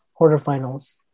quarterfinals